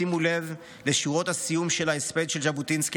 שימו לב לשורות הסיום של ההספד של ז'בוטינסקי,